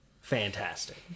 fantastic